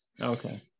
okay